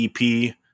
EP